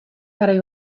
garai